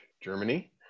Germany